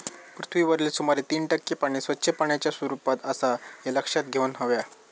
पृथ्वीवरील सुमारे तीन टक्के पाणी स्वच्छ पाण्याच्या स्वरूपात आसा ह्या लक्षात घेऊन हव्या